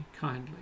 kindly